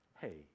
hey